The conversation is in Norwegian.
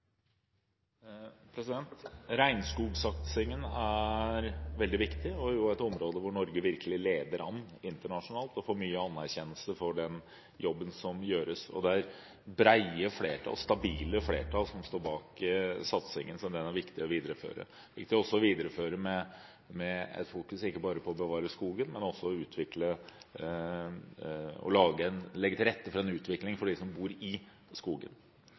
for. Regnskogsatsingen er veldig viktig og et område hvor Norge virkelig leder an internasjonalt og får mye anerkjennelse for den jobben som gjøres. Og det er brede, stabile flertall som står bak satsingen, som det er viktig å videreføre med vekt ikke bare på å bevare skogen, men også på å legge til rette for en utvikling for dem som bor i skogen.